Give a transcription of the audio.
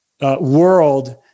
world